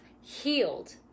healed